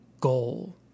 goal